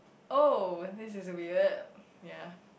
oh this is a weird ya